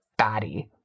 baddie